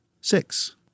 six